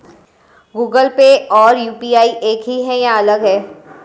Google Pay और UPI एक ही है या अलग?